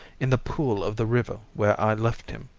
in the pool of the river where i left him.